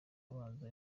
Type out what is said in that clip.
abanza